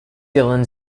dillon